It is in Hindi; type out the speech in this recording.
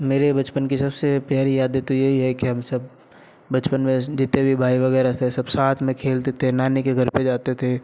मेरे बचपन की सबसे प्यारी यादें तो यही है कि हम सब बचपन में जितने भी भाई वगैरह थे सब साथ में खेलते थे नानी के घर पे जाते थे